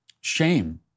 shame